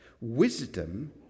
wisdom